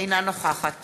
אינה נוכחת